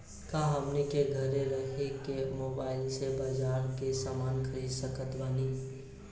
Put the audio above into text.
का हमनी के घेरे रह के मोब्बाइल से बाजार के समान खरीद सकत बनी?